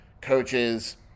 coaches –